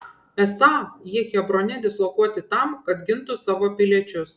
esą jie hebrone dislokuoti tam kad gintų savo piliečius